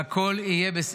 והכול יהיה בסדר.